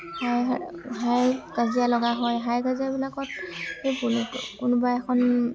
হাই হাই কাজিয়া লগা হয় হাই কাজিয়াবিলাকত কোনোবা এখন